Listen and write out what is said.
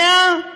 100?